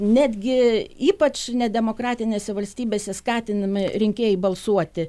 netgi ypač nedemokratinėse valstybėse skatinami rinkėjai balsuoti